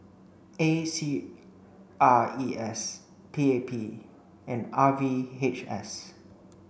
A C R E S P A P and R V H S